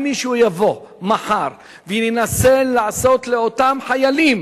אם מישהו יבוא מחר וינסה לעשות לאותם חיילים